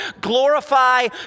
glorify